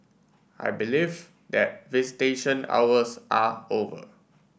I believe that visitation hours are over